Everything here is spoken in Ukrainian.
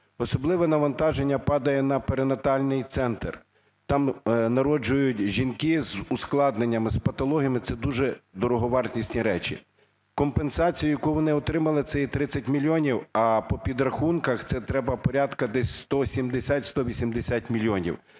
Особливе навантаження падає на перинатальний центр, там народжують жінки з ускладненнями, з патологіями – це дуже дороговартісні речі. Компенсацію, яку вони отримали, це є 30 мільйонів, а по підрахунках це треба порядку десь 170-180 мільйонів.